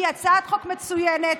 היא הצעת חוק מצוינת.